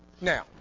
Now